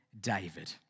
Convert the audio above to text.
David